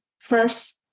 first